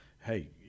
hey